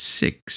six